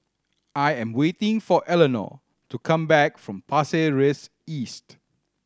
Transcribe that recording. I am waiting for Eleonore to come back from Pasir Ris East